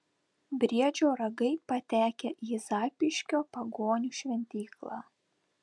briedžio ragai patekę į zapyškio pagonių šventyklą